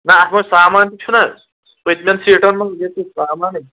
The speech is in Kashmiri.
نہ اَتھ منٛز سامان تہِ چھُنا پٔتمٮ۪ن سیٖٹَن منٛز ییٚتہِ سامانٕے